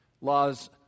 laws